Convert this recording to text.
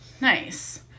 nice